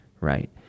right